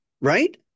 right